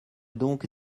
donc